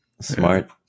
Smart